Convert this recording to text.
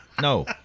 No